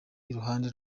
iruhande